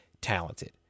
talented